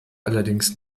allerdings